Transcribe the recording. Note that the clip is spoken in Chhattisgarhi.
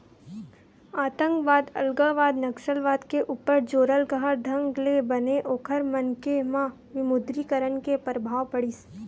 आंतकवाद, अलगावाद, नक्सलवाद के ऊपर जोरलगहा ढंग ले बने ओखर मन के म विमुद्रीकरन के परभाव पड़िस